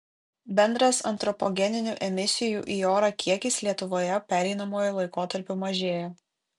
bendras antropogeninių emisijų į orą kiekis lietuvoje pereinamuoju laikotarpiu mažėja